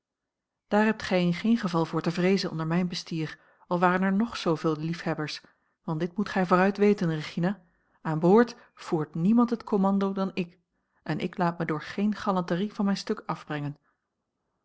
daar hebt gij in geen geval voor te vreezen onder mijn bestier al waren er ng zooveel liefhebbers want dit moet gij vooruit weten regina aan boord voert niemand het commando dan ik en ik laat mij door geene galanterie van mijn stuk afbrengen